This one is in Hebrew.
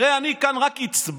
הרי אני כאן רק הצבעתי,